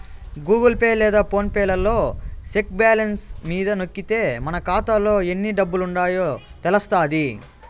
Google Pay లేదా PhonePe లలో check balance మీద నొక్కితే మన కాతాలో ఎన్ని డబ్బులుండాయో తెలస్తాది